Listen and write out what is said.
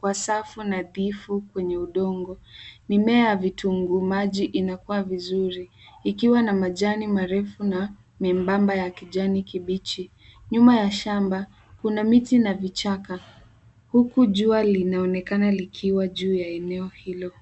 kwa safu nadhifu kwenye udongo. Mimea ya vitunguu maji inakua vizuri ikiwa na majani marefu na membamba ya kijani kibichi. Nyuma ya shamba kuna miti na vichaka huku jua linaonekana lilkiwa juu ya eneo hilo.